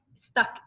stuck